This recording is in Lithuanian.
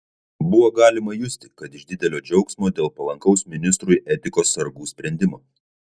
buvo galima justi kad iš didelio džiaugsmo dėl palankaus ministrui etikos sargų sprendimo